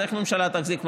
אז איך הממשלה תחזיק מעמד?